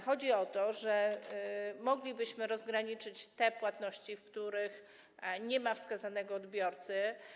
Chodzi o to, że moglibyśmy rozgraniczyć te płatności, w których nie ma wskazanego odbiorcy.